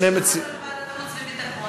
למה לא לוועדת חוץ וביטחון?